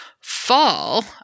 fall